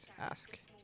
ask